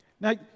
Now